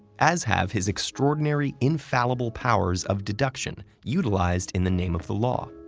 as have his extraordinary, infallible powers of deduction utilized in the name of the law,